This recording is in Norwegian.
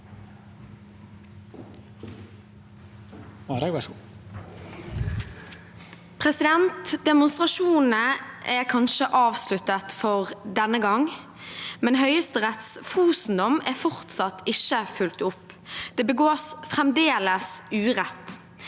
Demonstrasjonene er kanskje avsluttet for denne gang, men Høyesteretts Fosen-dom er fortsatt ikke fulgt opp. Det begås fremdeles urett.